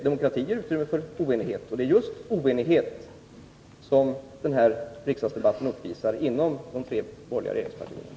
Demokrati ger utrymme för oenighet, och det är just oenighet inom de tre borgerliga regeringspartierna som den här riksdagsdebatten uppvisar.